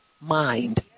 mind